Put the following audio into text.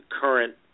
current